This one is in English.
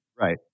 Right